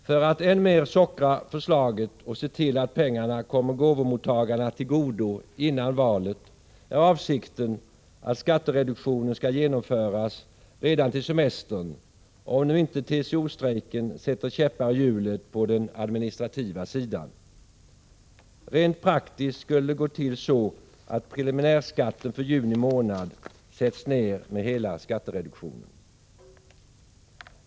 För att än mer sockra förslaget och se till att pengarna kommer gåvomottagarna till godo före valet är avsikten att skattereduktionen skall genomföras redan till semestern, om nu inte TCO-strejken sätter käppar i hjulet på den administrativa sidan. Rent praktiskt skulle det gå till så, att preliminärskatten för juni månad sätts ned med ett belopp motsvarande hela skattereduktionen.